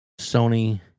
Sony